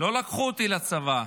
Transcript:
לא לקחו אותי לצבא.